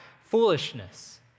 foolishness